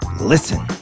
Listen